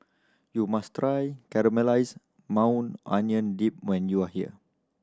you must try Caramelized Maui Onion Dip when you are here